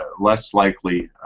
ah less likely,